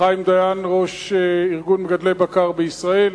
לחיים דיין, ראש ארגון מגדלי הבקר בישראל,